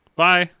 Bye